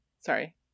Sorry